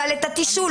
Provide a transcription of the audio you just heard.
אבל לגבי התשאול,